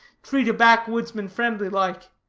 treat a backwoodsman friendly-like?